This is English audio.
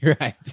right